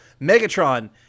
Megatron